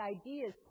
ideas